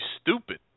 stupid